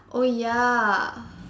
oh ya